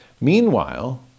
Meanwhile